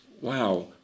wow